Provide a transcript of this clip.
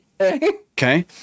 Okay